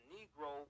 Negro